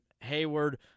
Hayward